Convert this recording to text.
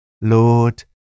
Lord